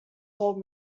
gold